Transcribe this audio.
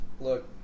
Look